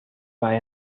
buy